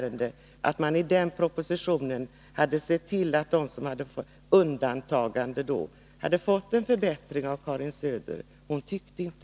Nog borde Karin Söder i den då aktuella propositionen ha kunnat se till att de som berördes genom undantagande från ATP hade fått en förbättring, men det gjorde hon inte.